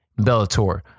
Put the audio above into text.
Bellator